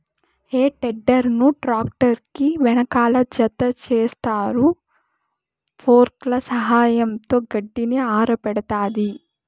హే tedder ను tractor కి వెనకాల జతచేస్తారు, ఫోర్క్ల సహాయంతో గడ్డిని ఆరబెడతాది